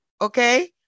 Okay